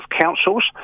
councils